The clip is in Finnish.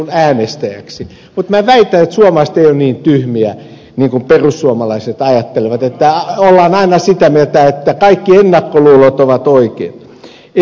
mutta väitän että suomalaiset eivät ole niin tyhmiä kuin perussuomalaiset ajattelevat että ollaan aina sitä mieltä että kaikki ennakkoluulot ovat oikein